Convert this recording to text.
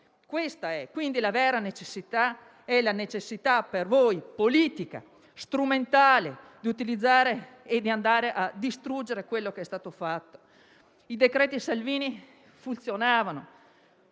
ministro Salvini. La vera necessità, quindi, è per voi politica e strumentale di utilizzare e andare a distruggere quello che è stato fatto. I decreti Salvini funzionavano: